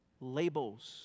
Labels